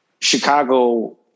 Chicago